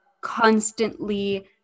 constantly